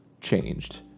changed